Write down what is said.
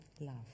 love